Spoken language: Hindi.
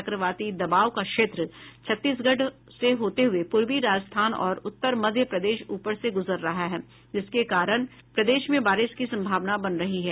चक्रवाती दबाव का क्षेत्र छत्तीसगढ़ से होते हुए पूर्वी राजस्थान और उत्तर मध्य प्रदेश ऊपर से गुजर रहा है जिसके कारण प्रदेश में बारिश की संभावना बन रही है